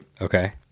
Okay